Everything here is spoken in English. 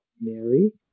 Mary